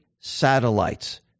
satellites